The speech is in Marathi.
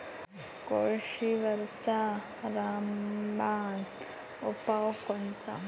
कोळशीवरचा रामबान उपाव कोनचा?